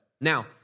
Now